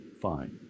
fine